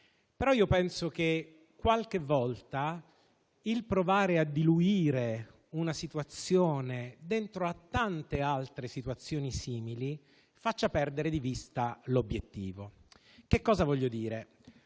Penso però che qualche volta provare a diluire una situazione dentro a tante altre situazioni simili faccia perdere di vista l'obiettivo. Voglio cioè dire